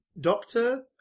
doctor